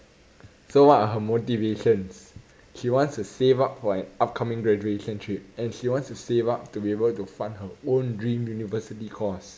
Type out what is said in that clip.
so what are her motivations she wants to save up for an upcoming graduation trip and she wants to save up to be able to fund her own dream university course